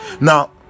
Now